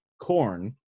corn